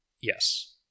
Yes